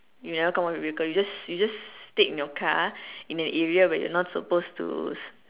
you never come out with your car you just you just stayed in your car in an area where you're not supposed to